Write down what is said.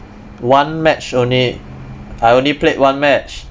one match only I only played one match